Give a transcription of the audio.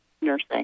nursing